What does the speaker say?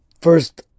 first